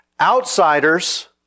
Outsiders